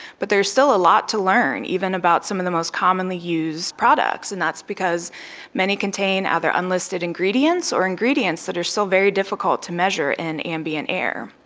but there's still a lot to learn, even about some of the most commonly used products, and that's because many contain other unlisted ingredients, or ingredients that are still very difficult to measure in ambient air.